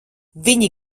viņi